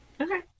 okay